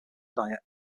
diet